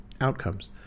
outcomes